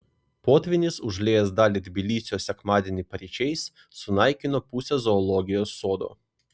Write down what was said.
potvynis užliejęs dalį tbilisio sekmadienį paryčiais sunaikino pusę zoologijos sodo